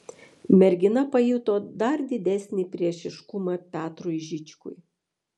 mergina pajuto dar didesnį priešiškumą petrui žičkui